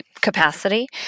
capacity